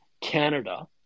Canada